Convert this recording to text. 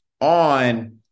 on